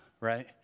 right